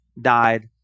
died